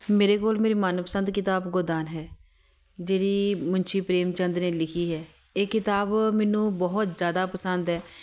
ਮੇਰੇ ਕੋਲ ਮੇਰੀ ਮਨਪਸੰਦ ਕਿਤਾਬ ਗੋਦਾਨ ਹੈ ਜਿਹੜੀ ਮੁਨਸ਼ੀ ਪ੍ਰੇਮ ਚੰਦ ਨੇ ਲਿਖੀ ਹੈ ਇਹ ਕਿਤਾਬ ਮੈਨੂੰ ਬਹੁਤ ਜ਼ਿਆਦਾ ਪਸੰਦ ਹੈ